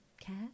care